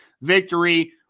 victory